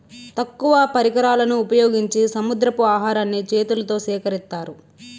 తక్కువ పరికరాలను ఉపయోగించి సముద్రపు ఆహారాన్ని చేతులతో సేకరిత్తారు